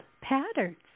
patterns